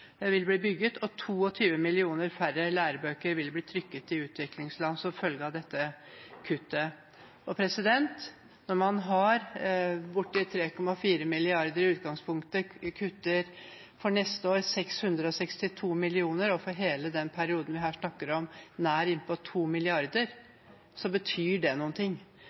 vil bli bygget, og at 22 millioner færre lærebøker vil bli trykket. Når man i utgangspunktet har bortimot 3,4 mrd. kr og man neste år kutter 662 mill. kr – for hele den perioden vi snakker om nær 2 mrd. kr – betyr det